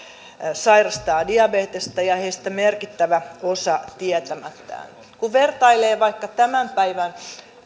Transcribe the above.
sairastaa diabetesta ja heistä merkittävä osa tietämättään kun vertailee tämän päivän